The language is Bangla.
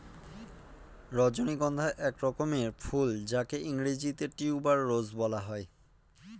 রজনীগন্ধা এক রকমের ফুল যাকে ইংরেজিতে টিউবার রোজ বলা হয়